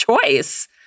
choice